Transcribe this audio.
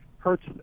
hurts